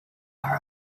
our